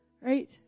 right